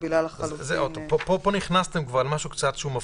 פה נכנסתם למשהו שהוא קצת מפחיד.